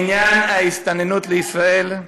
בעניין ההסתננות לישראל,